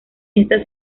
esta